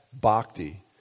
bhakti